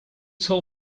tell